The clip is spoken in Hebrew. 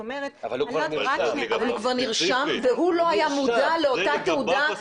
אבל הוא כבר נרשם והוא לא היה מודע לאותה תעודה.